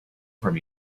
from